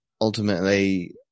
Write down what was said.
ultimately